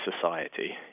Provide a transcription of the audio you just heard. society